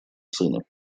сына